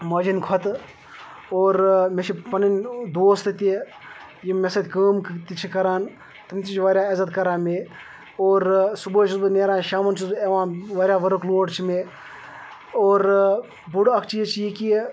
ماجہِ ہِنٛدِ کھۄتہٕ اور مےٚ چھِ پَنٕنۍ دوستہٕ تہِ یِم مےٚ سۭتۍ کٲم تہِ چھِ کَران تِم تہِ چھِ واریاہ عزت کَران مےٚ اور صبحٲے چھُس بہٕ نیران شامَن چھُس بہٕ یِوان واریاہ ؤرٕک لوڑ چھِ مےٚ اور بوٚڈ اَکھ چیٖز چھِ یہِ کہ